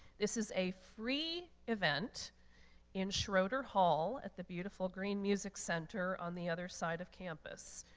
this is a free event in schroeder hall at the beautiful green music center on the other side of campus.